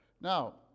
Now